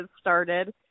started